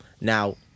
Now